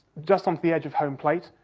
just onto the edge of home plate,